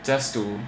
just to